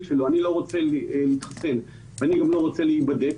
שלו שהוא לא רוצה להתחסן והוא גם לא רוצה להיבדק,